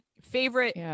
favorite